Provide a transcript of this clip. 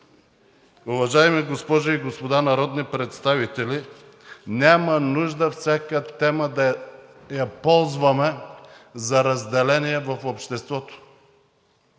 Уважаеми госпожи и господа народни представители, няма нужда всяка тема да я ползваме за разделение в обществото.